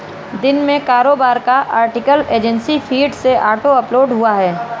दिन में कारोबार का आर्टिकल एजेंसी फीड से ऑटो अपलोड हुआ है